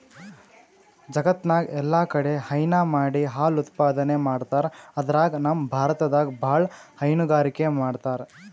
ಜಗತ್ತ್ನಾಗ್ ಎಲ್ಲಾಕಡಿ ಹೈನಾ ಮಾಡಿ ಹಾಲ್ ಉತ್ಪಾದನೆ ಮಾಡ್ತರ್ ಅದ್ರಾಗ್ ನಮ್ ಭಾರತದಾಗ್ ಭಾಳ್ ಹೈನುಗಾರಿಕೆ ಮಾಡ್ತರ್